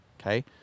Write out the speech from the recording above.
okay